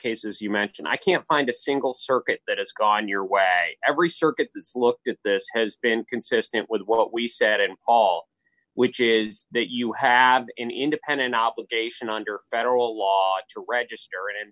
cases you mentioned i can't find a single circuit that has gone your way every circuit looked at this has been consistent with what we said in all which is that you have an independent obligation under federal law to register